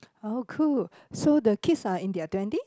oh cool so the kids are in their twenties